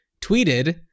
tweeted